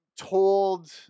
told